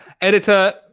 Editor